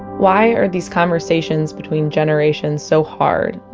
why are these conversations between generations so hard,